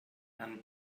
and